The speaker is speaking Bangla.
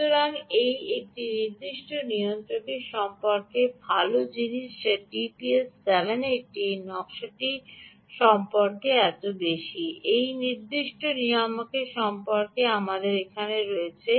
সুতরাং এটি এই নির্দিষ্ট নিয়ন্ত্রকের সম্পর্কে ভাল জিনিস যা টিপিএস 780 এই নকশাটি সম্পর্কে এত বেশি এই নির্দিষ্ট নিয়ামকের সম্পর্কে আমাদের এখানে রয়েছে